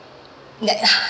that